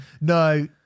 No